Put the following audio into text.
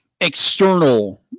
external